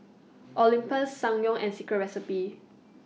Olympus Ssangyong and Secret Recipe